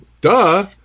Duh